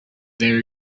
there